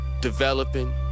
developing